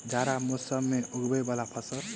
जाड़ा मौसम मे उगवय वला फसल?